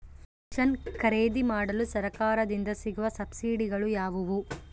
Mission ಖರೇದಿಮಾಡಲು ಸರಕಾರದಿಂದ ಸಿಗುವ ಸಬ್ಸಿಡಿಗಳು ಯಾವುವು?